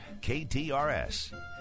KTRS